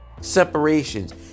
separations